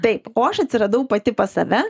taip o aš atsiradau pati pas save